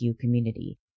community